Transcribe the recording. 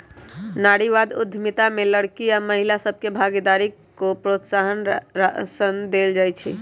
नारीवाद उद्यमिता में लइरकि आऽ महिला सभके भागीदारी को प्रोत्साहन देल जाइ छइ